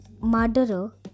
murderer